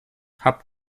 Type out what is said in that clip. habt